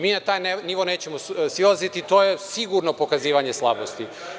Mi na taj nivo nećemo silaziti, to je sigurno pokazivanje slabosti.